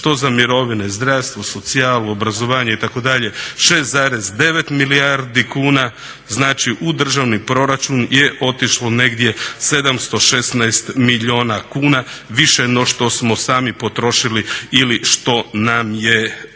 što za mirovine, zdravstvo, socijalu, obrazovanje itd. 6,9 milijardi kuna, znači u državni proračun je otišlo negdje 716 milijuna kuna, više no što smo sami potrošili ili što nam je